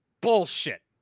bullshit